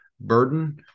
Burden